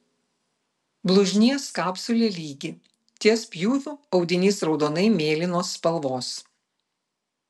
blužnies kapsulė lygi ties pjūviu audinys raudonai mėlynos spalvos